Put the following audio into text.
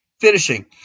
Finishing